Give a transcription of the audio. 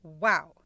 Wow